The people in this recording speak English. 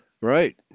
Right